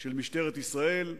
של משטרת ישראל,